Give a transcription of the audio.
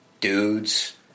Dudes